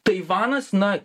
taivanas na